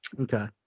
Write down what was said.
Okay